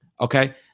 Okay